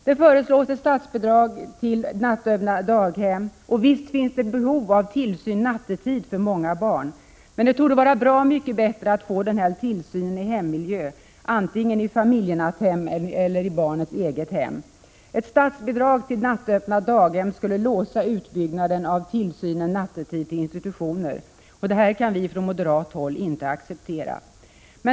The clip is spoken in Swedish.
Det föreslås ett statsbidrag till nattöppna daghem. Visst finns ett behov av tillsyn nattetid för många barn. Men det torde vara bra mycket bättre att få tillsynen i hemmiljö, antingen i familjenatthem eller i barnets eget hem. Ett statsbidrag till nattöppna daghem skulle låsa utbyggnaden av tillsynen nattetid till institutioner. Detta kan vi från moderat håll inte acceptera.